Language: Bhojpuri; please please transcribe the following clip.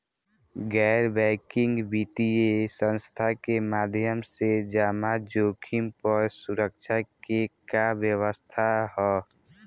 गैर बैंकिंग वित्तीय संस्था के माध्यम से जमा जोखिम पर सुरक्षा के का व्यवस्था ह?